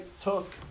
took